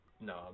No